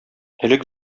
элек